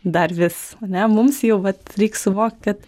dar vis ane mums jau vat reik suvokt kad